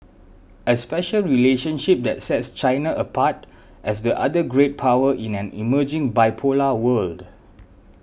a special relationship that sets China apart as the other great power in an emerging bipolar world